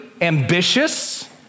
ambitious